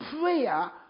prayer